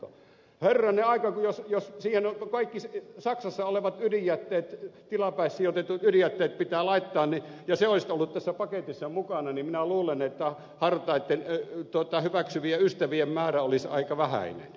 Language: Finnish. herranen aika jos siihen kaikki saksassa olevat tilapäissijoitetut ydinjätteet pitää laittaa ja se olisi ollut tässä paketissa mukana niin minä luulen että hartaitten hyväksyvien ystävien määrä olisi aika vähäinen